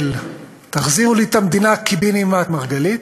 "תחזירו לי את המדינה קיבינימט" מרגלית,